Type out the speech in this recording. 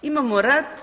Imamo rat.